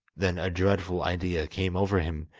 then a dreadful idea came over him,